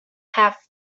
have